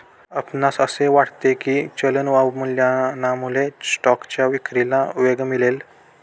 आपणास असे वाटते की चलन अवमूल्यनामुळे स्टॉकच्या विक्रीला वेग मिळेल?